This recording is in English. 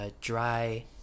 dry